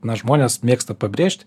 na žmonės mėgsta pabrėžti